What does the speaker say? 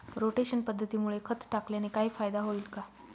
Rotation पद्धतीमुळे खत टाकल्याने काही फायदा होईल का?